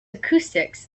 acoustics